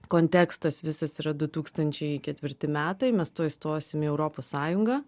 kontekstas visas yra du tūkstančiai ketvirti metai mes tuoj stosim į europos sąjungą